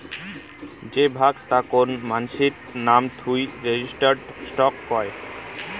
যে ভাগ তা কোন মানাসির নাম থুই রেজিস্টার্ড স্টক কয়